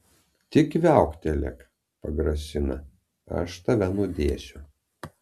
tik viauktelėk pagrasina ir aš tave nudėsiu